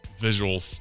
visual